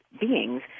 beings